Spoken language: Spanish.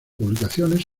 publicaciones